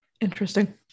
Interesting